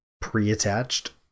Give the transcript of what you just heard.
pre-attached